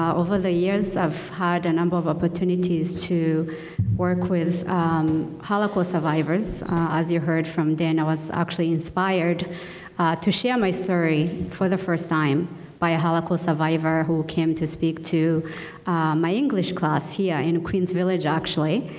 over the years i've had a number of opportunities to work with holocaust survivors as you heard from dan i was actually inspired to share my story for the first time by a holocaust survivor who came to speak to my english class here in queens village actually.